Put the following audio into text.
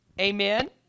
Amen